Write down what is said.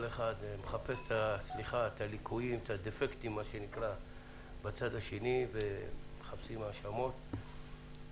כל אחד מחפש את הליקויים של הצד השני ויוצא בהאשמות.